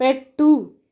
పెట్టు